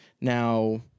now